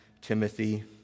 Timothy